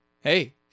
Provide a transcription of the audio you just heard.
Hey